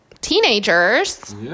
teenagers